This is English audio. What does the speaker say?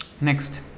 Next